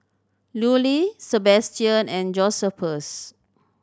Lulie Sebastian and Josephus